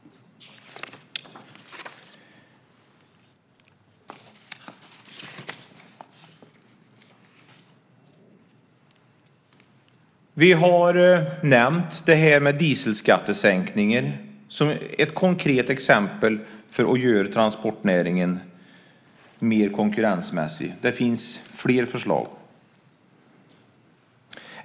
Vi har nämnt dieselskattesänkningen som ett konkret exempel för att göra transportnäringen mer konkurrensmässig. Det finns fler förslag.